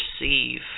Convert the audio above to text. receive